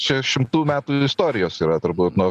čia šimtų metų istorijos yra turbūt nuo